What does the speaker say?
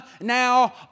now